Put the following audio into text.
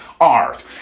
art